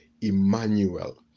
Emmanuel